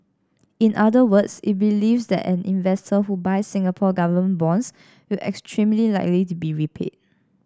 in other words it believes that an investor who buys Singapore Government bonds will extremely likely be repaid